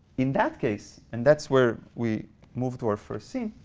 in that case, and that's where we move to our first scene,